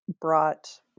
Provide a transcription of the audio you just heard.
brought